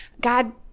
God